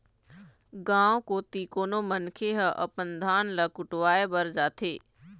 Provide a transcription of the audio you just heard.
गाँव कोती कोनो मनखे ह अपन धान ल कुटावय बर जाथे